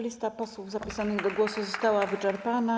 Lista posłów zapisanych do głosu została wyczerpana.